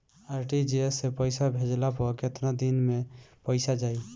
RTGS से पईसा भेजला पर केतना दिन मे पईसा जाई?